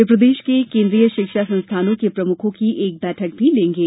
वे प्रदेश के केन्द्रीय शिक्षा संस्थानों के प्रमुखों की एक बैठक भी लेंगे